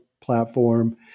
platform